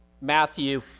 Matthew